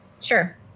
sure